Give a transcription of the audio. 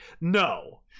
no